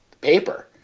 paper